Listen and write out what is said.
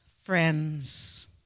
friends